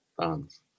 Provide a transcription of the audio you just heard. fans